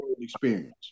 experience